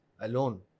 alone